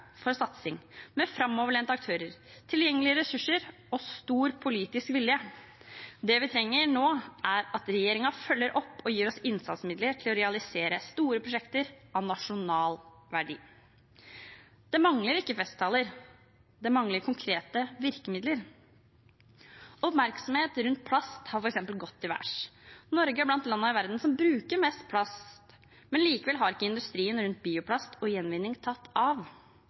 for satsing med framoverlente aktører, tilgjengelige ressurser og stor politisk vilje. Det vi trenger nå, er at regjeringen følger opp og gir oss innsatsmidler til å realisere store prosjekter av nasjonal verdi. Det mangler ikke festtaler, det mangler konkrete virkemidler. Oppmerksomhet rundt plast, f.eks., har gått til værs. Norge er blant de landene i verden som bruker mest plast, men likevel har ikke industrien rundt bioplast og gjenvinning tatt av.